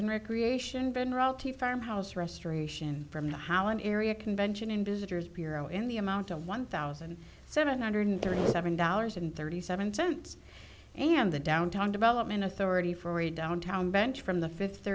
and recreation been royalty farmhouse restoration from the holland area convention and visitors bureau in the amount of one thousand seven hundred thirty seven dollars and thirty seven cents and the downtown development authority for a downtown bench from the fifth